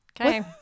Okay